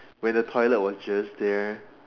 when the toilet was just there